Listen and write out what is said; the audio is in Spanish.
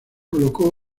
colocó